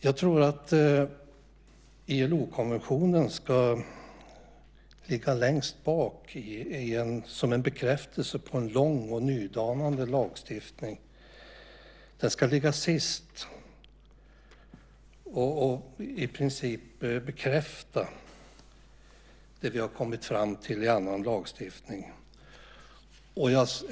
Jag tror att ILO-konventionen ska ligga längst bak som en bekräftelse på en lång och nydanande lagstiftning. Den ska ligga sist och i princip bekräfta det vi har kommit fram till i annan lagstiftning.